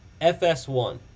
FS1